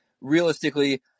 realistically